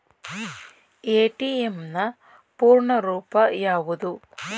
ATM ನ ಪೂರ್ಣ ರೂಪ ಯಾವುದು?